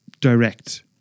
direct